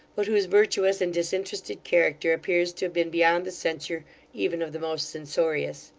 but whose virtuous and disinterested character appears to have been beyond the censure even of the most censorious.